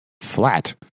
flat